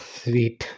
sweet